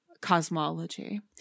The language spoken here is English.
cosmology